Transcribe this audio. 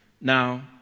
Now